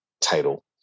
title